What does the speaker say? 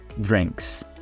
drinks